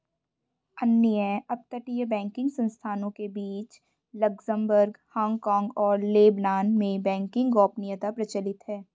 अन्य अपतटीय बैंकिंग संस्थानों के बीच लक्ज़मबर्ग, हांगकांग और लेबनान में बैंकिंग गोपनीयता प्रचलित है